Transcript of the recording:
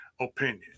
opinion